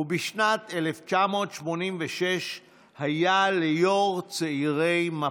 ובשנת 1986 היה ליו"ר צעירי מפ"ם.